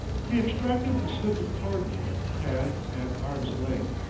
he extracted a slip of cardboard and, at arm's length,